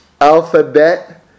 alphabet